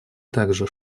также